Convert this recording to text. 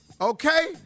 Okay